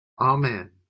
Amen